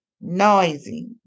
Noisy